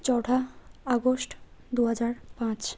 চৌঠা আগস্ট দুহাজার পাঁচ